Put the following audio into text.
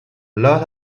lot